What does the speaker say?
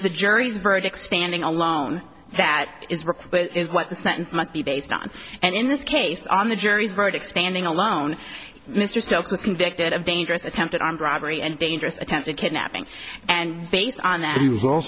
the jury's verdict standing alone that is required is what the sentence must be based on and in this case on the jury's verdict standing alone mr stokes was convicted of dangerous attempted armed robbery and dangerous attempted kidnapping and based on that